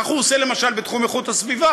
כך הוא עושה למשל בתחום איכות הסביבה,